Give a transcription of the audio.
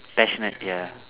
passionate ya